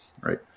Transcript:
right